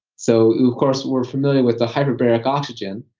so of course, we're familiar with the hyperbaric oxygen,